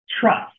trust